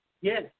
Yes